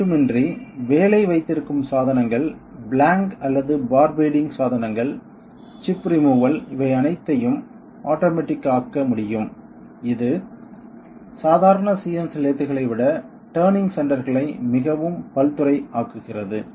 அதுமட்டுமின்றி வேலை வைத்திருக்கும் சாதனங்கள் பிளாங்க் அல்லது பார் ஃபீடிங் சாதனங்கள் சிப் ரிமூவல் இவை அனைத்தையும் ஆட்டோமேட்டி ஆக்க முடியும் இது சாதாரண CNC லேத்களை விட டர்னிங் சென்டர்களை மிகவும் பல்துறை ஆக்குகிறது